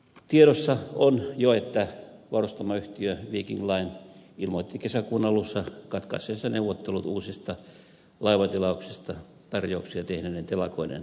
tiedossa on jo että varustamoyhtiö viking line ilmoitti kesäkuun alussa katkaisseensa neuvottelut uusista laivatilauksista tarjouksia tehneiden telakoiden kanssa